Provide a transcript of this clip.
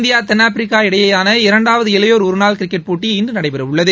India தென்னாப்பிரிக்கா இடையேயாள இரண்டாவது இளையோர் ஒரு நாள் கிரிக்கெட் போட்டி இன்று நடைபெறவுள்ளது